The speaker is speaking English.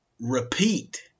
repeat